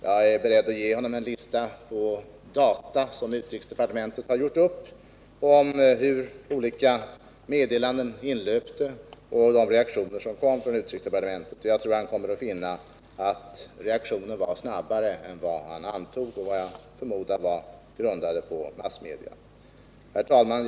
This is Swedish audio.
Jag är beredd att ge honom en lista på data som utrikesdepartementet gjort upp över hur olika meddelanden inlöpte och de reaktioner som kom från utrikesdepartementet. Jag tror att han kommer att finna att reaktionen var snabbare än vad han antog - antaganden som jag förmodar var grundade på massmedias uppgifter. Herr talman!